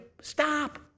Stop